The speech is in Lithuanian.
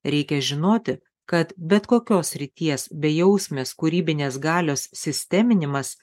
reikia žinoti kad bet kokios srities bejausmės kūrybinės galios sisteminimas